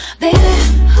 Baby